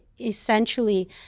essentially